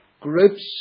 groups